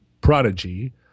prodigy